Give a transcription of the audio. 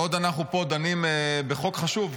בעוד אנחנו פה דנים בחוק חשוב,